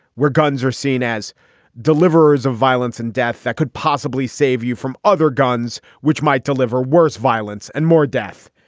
where guns are seen as deliverers of violence and death that could possibly save you from other guns which might deliver worse violence and more death.